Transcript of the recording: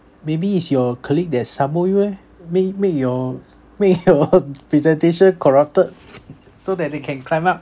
maybe is your colleague they sabo you eh ma~ make your make your presentation corrupted so that they can climb up